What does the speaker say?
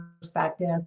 perspective